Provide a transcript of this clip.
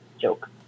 joke